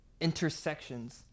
intersections